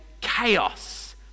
chaos